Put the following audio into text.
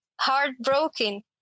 heartbroken